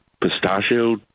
pistachio